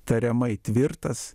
tariamai tvirtas